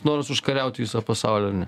noras užkariauti visą pasaulį ar ne